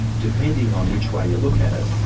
depending on which way you look at it,